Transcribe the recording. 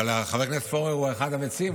אבל חבר הכנסת פורר הוא אחד המציעים,